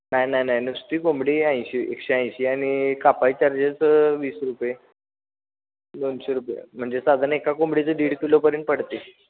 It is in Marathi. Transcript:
नाही नाही नाही नुसती कोंबडी ऐंशी एकशे ऐंशी आणि कापाई चार्जेस वीस रुपये दोनशे रुपये म्हणजे साधारण एका कोंबडीचं दीड किलोपर्यंत पडते